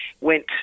went